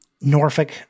norfolk